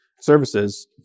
services